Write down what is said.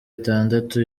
itandatu